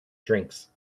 drinks